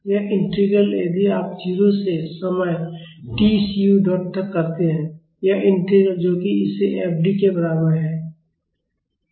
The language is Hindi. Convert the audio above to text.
यह इंटीग्रल यदि आप 0 से समय t cu dot तक करते हैं यह इंटीग्रल जो कि इस f D के बराबर है